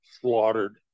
slaughtered